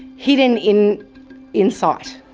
hidden in in sight.